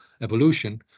evolution